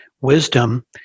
wisdom